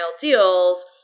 deals